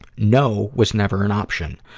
no was never an option.